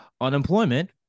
Unemployment